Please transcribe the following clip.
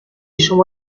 شما